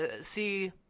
See